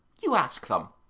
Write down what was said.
you ask them.